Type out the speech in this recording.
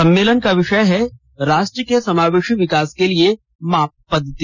सम्मेलन का विषय है राष्ट्र के समावेशी विकास के लिए माप पद्धति